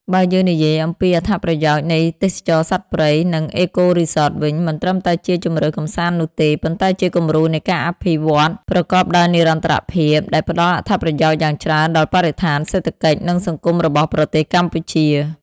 បើយើងនិយាយអំំពី អត្ថប្រយោជន៍នៃទេសចរណ៍សត្វព្រៃ និង Eco-Resorts វិញ មិនត្រឹមតែជាជម្រើសកម្សាន្តនោះទេ ប៉ុន្តែជាគំរូនៃការអភិវឌ្ឍប្រកបដោយនិរន្តរភាព ដែលផ្តល់អត្ថប្រយោជន៍យ៉ាងច្រើនដល់បរិស្ថាន សេដ្ឋកិច្ច និងសង្គមរបស់ប្រទេសកម្ពុជា។